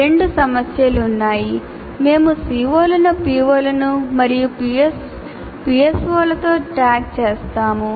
రెండు సమస్యలు ఉన్నాయి మేము మా CO లను PO లు మరియు PSO లతో ట్యాగ్ చేస్తాము